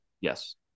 Yes